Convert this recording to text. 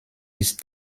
ist